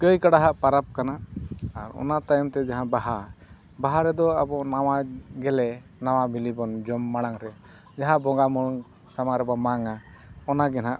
ᱜᱟᱹᱭ ᱠᱟᱰᱟᱣᱟᱜ ᱯᱚᱨᱚᱵᱽ ᱠᱟᱱᱟ ᱟᱨ ᱚᱱᱟ ᱛᱟᱭᱚᱢᱛᱮ ᱡᱟᱦᱟᱸ ᱵᱟᱦᱟ ᱵᱟᱦᱟ ᱨᱮᱫᱚ ᱟᱵᱚ ᱱᱟᱣᱟ ᱜᱮᱞᱮ ᱱᱟᱣᱟ ᱵᱤᱞᱤ ᱵᱚᱱ ᱡᱚᱢ ᱢᱟᱲᱟᱝ ᱨᱮ ᱡᱟᱦᱟᱸ ᱵᱚᱸᱜᱟᱼᱵᱩᱨᱩ ᱥᱟᱢᱟᱝ ᱨᱮᱵᱚᱱ ᱢᱟᱝᱼᱟ ᱚᱱᱟᱜᱮ ᱦᱟᱸᱜ